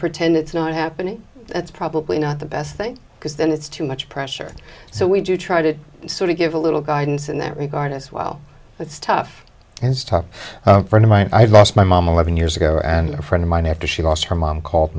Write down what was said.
pretend it's not happening that's probably not the best thing because then it's too much pressure so we do try to sort of give a little guidance in that regard as well it's tough as tough for them i've lost my mom eleven years ago and a friend of mine after she lost her mom called